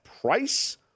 price